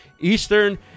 Eastern